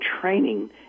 training